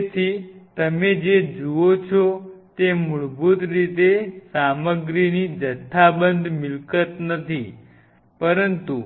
તેથી તમે જે જુઓ છો તે મૂળભૂત રીતે સામગ્રીની જથ્થાબંધ મિલકત નથી પરંતુ